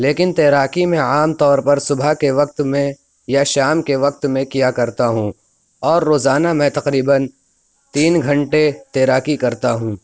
لیکن تیراکی میں عام طور پر صُبح کے وقت میں یا شام کے وقت میں کیا کرتا ہوں اور روزانہ میں تقریباً تین گھنٹے تیراکی کرتا ہوں